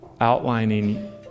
outlining